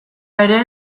ere